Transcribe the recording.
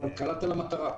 אבל קלעת למטרה.